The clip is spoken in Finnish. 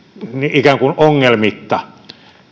ikään kuin ongelmitta